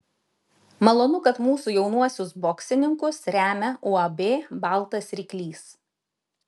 malonu kad mūsų jaunuosius boksininkus remia uab baltas ryklys